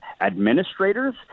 administrators